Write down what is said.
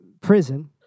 prison